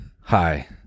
hi